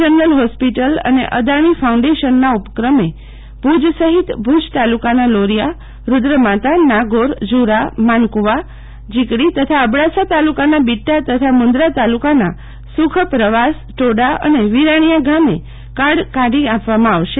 general hospital અને અદાણી ફાઉન્ડેશનના ઉપક્રમે ભુજ સહિત ભુજ તાલુકના લોરિયાનાગોર ઝુરા માનકુવાઝીકડી તથા અબડાસા તાલુકાના બીદ્દા તથા મુન્દ્રા તાલુકાના સુખપરવાસ ટોડા અને વિરાણીયા ગામે કાર્ડ કાઢી આપવામાં આવશે